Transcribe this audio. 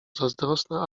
zazdrosna